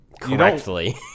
Correctly